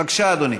בבקשה, אדוני.